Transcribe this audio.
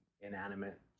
inanimate